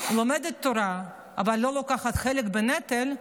לומדת תורה אבל לא לוקחת חלק בנטל,